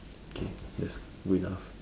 K that's good enough